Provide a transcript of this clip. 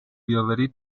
بیاوری